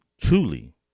truly